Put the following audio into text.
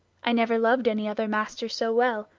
i never loved any other master so well.